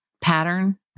pattern